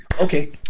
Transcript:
okay